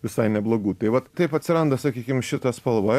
visai neblogų tai vat taip atsiranda sakykim šita spalva